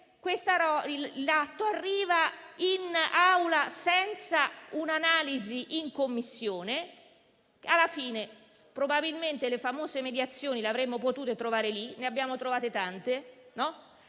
improvvisamente in Aula, senza un'analisi in Commissione. Alla fine, probabilmente, le famose mediazioni avremmo potuto trovarle lì. Ne abbiamo trovate tante,